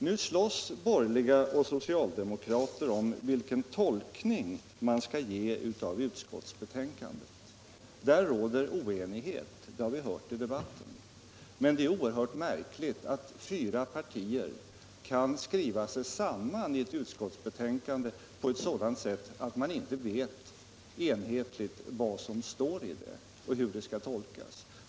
Nu slåss borgerliga och socialdemokrater om vilken tolkning man skall ge utskottsbetänkandet. Där råder oenighet, det har vi hört i debatten. Men det är oerhört märkligt att fyra partier kan skriva sig samman i ett utskottsbetänkande på ett sådant sätt att man inte enhetligt vet vad som står i det och hur det skall tolkas.